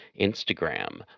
Instagram